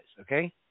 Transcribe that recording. okay